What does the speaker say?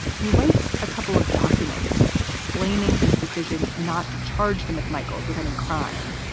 he writes a couple of documents explaining his decision not to charge the mcmichaels with any crime.